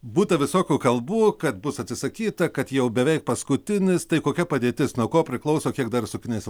būta visokių kalbų kad bus atsisakyta kad jau beveik paskutinis tai kokia padėtis nuo ko priklauso kiek dar sukinėsim